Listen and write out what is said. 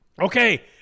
okay